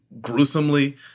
gruesomely